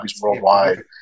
worldwide